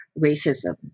racism